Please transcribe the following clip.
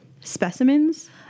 specimens